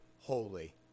holy